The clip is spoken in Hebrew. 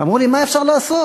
ואמרו לי: מה אפשר לעשות?